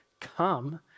come